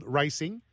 racing